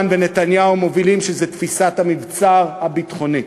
ונתניהו מובילים לפעמים תפיסת המבצר הביטחוני.